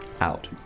out